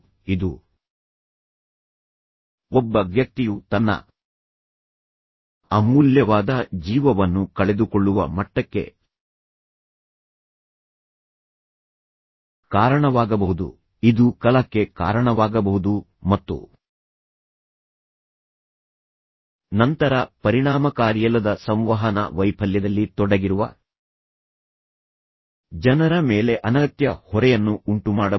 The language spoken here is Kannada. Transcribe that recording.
ಇದು ಒಬ್ಬ ವ್ಯಕ್ತಿಯು ತನ್ನ ಅಮೂಲ್ಯವಾದ ಜೀವವನ್ನು ಕಳೆದುಕೊಳ್ಳುವ ಮಟ್ಟಕ್ಕೆ ಕಾರಣವಾಗಬಹುದು ಇದು ಕಲಹಕ್ಕೆ ಕಾರಣವಾಗಬಹುದು ಮತ್ತು ನಂತರ ಪರಿಣಾಮಕಾರಿಯಲ್ಲದ ಸಂವಹನ ವೈಫಲ್ಯದಲ್ಲಿ ತೊಡಗಿರುವ ಜನರ ಮೇಲೆ ಅನಗತ್ಯ ಹೊರೆಯನ್ನು ಉಂಟುಮಾಡಬಹುದು